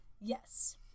Yes